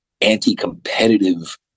anti-competitive